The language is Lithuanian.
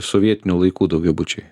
sovietinių laikų daugiabučiai